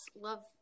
love